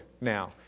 now